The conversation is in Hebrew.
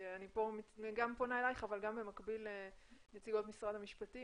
אני פונה אליך אבל במקביל גם לנציגות משרד המשפטים